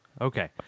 Okay